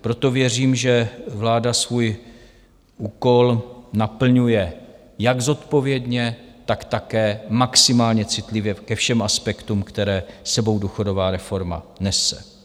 Proto věřím, že vláda svůj úkol naplňuje jak zodpovědně, tak také maximálně citlivě ke všem aspektům, které s sebou důchodová reforma nese.